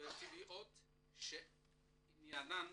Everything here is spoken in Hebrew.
בתביעות שעניינן